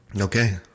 Okay